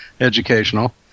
educational